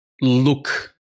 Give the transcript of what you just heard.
look